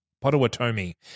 Potawatomi